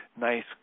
nice